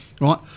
right